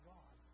God